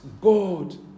God